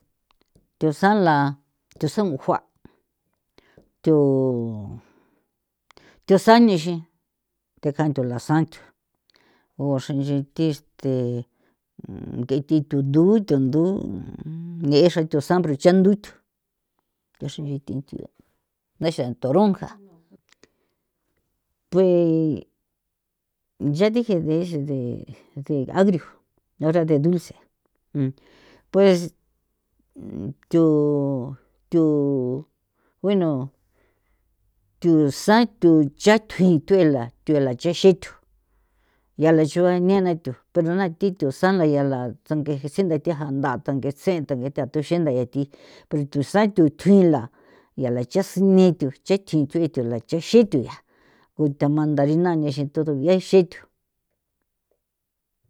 Thusala thusan ngujua thu thusanixi nthe kanthu la tsjatho o xrenchi thi este nge thi thudu thundu nge xra thusan pero cha nduthu kexre thinthu'e naxa toronja pues ya dije de ese de agrio ahora de dulce pues thu thu bueno thusan thucha tjuin thuela thuela chexiin thu yala chuba nena thu pero na thi thunsan la yala tsang'e ke tsingate ja nthatha tetsee ntha ke tha thuxientha yaa thi pero thunsa thu thuila yala cha sine thuche thi thui thu la chexin thu yaa ko tha mandarina nexi thu duge xithu.